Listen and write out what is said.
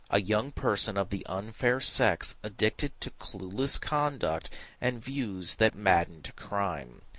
a young person of the unfair sex addicted to clewless conduct and views that madden to crime.